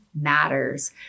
matters